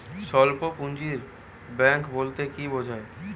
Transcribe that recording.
স্বল্প পুঁজির ব্যাঙ্ক বলতে কি বোঝায়?